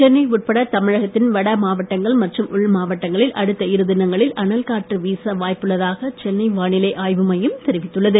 சென்னை உட்பட தமிழகத்தின் வடமாவட்டங்கள் மற்றும் உள் மாவட்டங்களில் அடுத்த இரு தினங்களில் அனல் காற்று வீச வாய்ப்புள்ளதாக சென்னை வானிலை ஆய்வு மையம் தெரிவித்துள்ளது